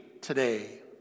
today